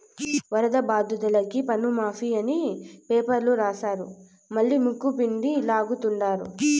వరద బాధితులకి పన్నుమాఫీ అని పేపర్ల రాస్తారు మల్లా ముక్కుపిండి లాగతండారు